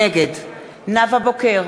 נגד נאוה בוקר,